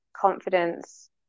confidence